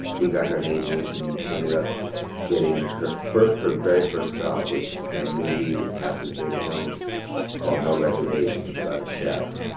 we got her an agent. and she ended up getting her first her very first job was in a movie with catherine zeta-jones called no reservations about a chef.